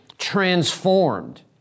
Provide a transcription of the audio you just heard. transformed